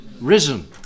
risen